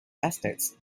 estates